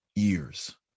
years